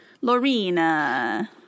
Lorena